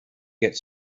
get